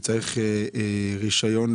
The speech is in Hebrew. שצריך לכך רישיון.